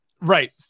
Right